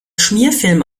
schmierfilm